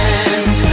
end